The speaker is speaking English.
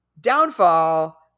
downfall